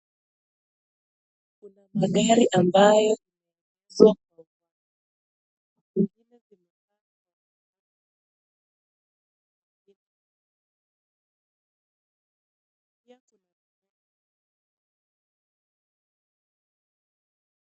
Kuna magari ambayo zimepakiwa.